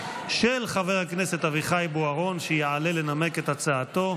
של חבר הכנסת אביחי בוארון, שיעלה לנמק את הצעתו.